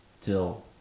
till